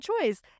choice